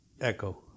echo